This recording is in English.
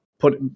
put